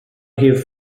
rhif